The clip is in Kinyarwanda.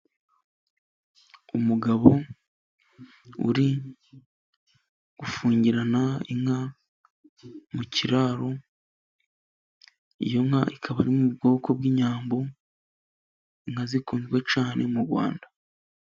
Umugabo uri gufungirana inka mu kiraro, iyo nka ikaba iri mu bwoko bw'inyambo, inka zikunzwe cyane mu Rwanda.